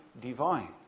divine